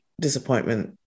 disappointment